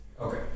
Okay